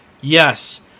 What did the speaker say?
yes